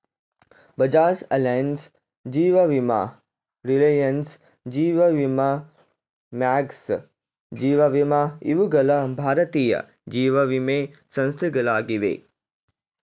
Bajaj Allianz, ಜೀವ ವಿಮಾ Reliance, ಜೀವ ವಿಮಾ ಮ್ಯಾಕ್ಸ್, ಜೀವ ವಿಮಾ ಇವುಗಳ ಭಾರತೀಯ ಜೀವವಿಮೆ ಸಂಸ್ಥೆಗಳಾಗಿವೆ